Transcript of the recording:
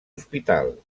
hospital